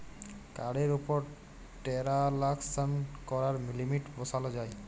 কাড়ের উপর টেরাল্সাকশন ক্যরার লিমিট বসাল যায়